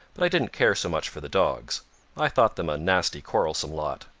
but i didn't care so much for the dogs i thought them a nasty quarrelsome lot.